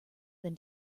than